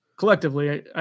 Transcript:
Collectively